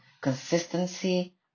consistency